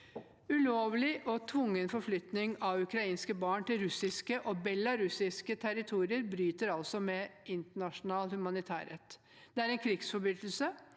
Ulovlig og tvungen forflytning av ukrainske barn til russiske og belarusiske territorier bryter med internasjonal humanitærrett. Det er en krigsforbrytelse,